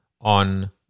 on